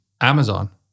Amazon